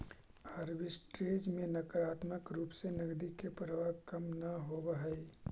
arbitrage में नकारात्मक रूप से नकदी के प्रवाह कम न होवऽ हई